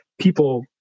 people